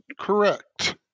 correct